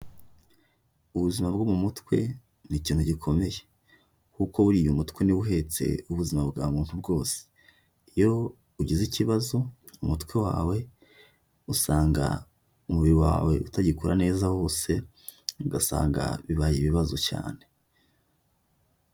Ubuzima bwo mu mutwe ni ikintu gikomeye, kuko buriya mutwe niwe uhetse ubuzima bwa muntu bwose. Iyo ugize ikibazo umutwe wawe usanga umubiri wawe utagikora neza wose, ugasanga bibaye ibibazo cyane.